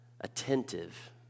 attentive